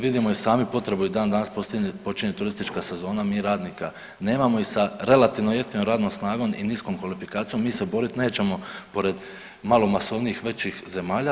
Vidimo i sami potrebu i dan danas počinje turistička sezona, mi radnika nemamo i sa relativno jeftinom radnom snagom i niskom kvalifikacijom mi se borit nećemo pored malo masovnijih, većih zemalja.